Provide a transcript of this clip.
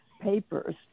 papers